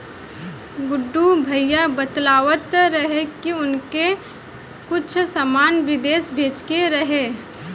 गुड्डू भैया बतलावत रहले की उनका के कुछ सामान बिदेश भेजे के रहे